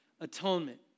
atonement